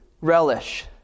relish